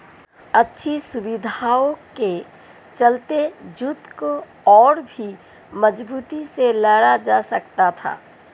अच्छी सुविधाओं के चलते युद्ध को और भी मजबूती से लड़ा जा सकता था